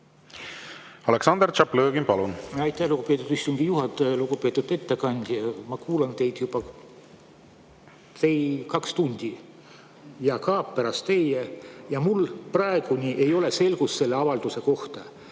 Aleksandr Tšaplõgin, palun!